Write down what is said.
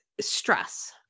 stress